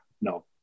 no